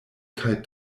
kaj